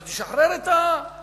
אז נשחרר את ההסתדרות.